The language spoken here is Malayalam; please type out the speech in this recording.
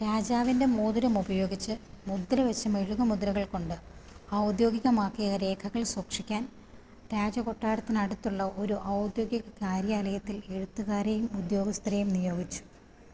രാജാവിന്റെ മോതിരം ഉപയോഗിച്ച് മുദ്രവെച്ച മെഴുകുമുദ്രകള് കൊണ്ട് ഔദ്യോഗികമാക്കിയ രേഖകള് സൂക്ഷിക്കാൻ രാജകൊട്ടാരത്തിനടുത്തുള്ള ഒരു ഔദ്യോഗിക കാര്യാലയത്തിൽ എഴുത്തുകാരെയും ഉദ്യോഗസ്ഥരെയും നിയോഗിച്ചു